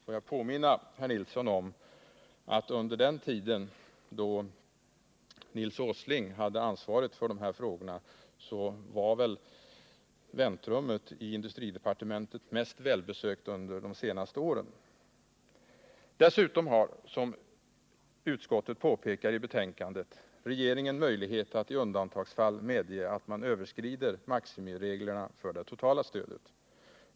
Får jag påminna herr Nilsson om att under den tid då Nils Åsling hade ansvaret för de här frågorna var väl väntrummet i industridepartementet mest välbesökt under de senaste åren. Dessutom har — som utskottet påpekar i betänkandet — regeringen möjlighet att i undantagsfall medge att man överskrider maximireglerna för det totala stödet.